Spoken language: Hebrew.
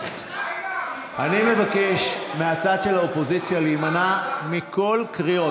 אני מבקש מהצד של האופוזיציה להימנע מכל קריאות.